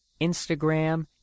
Instagram